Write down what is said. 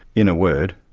in a word,